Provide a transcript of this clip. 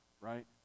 right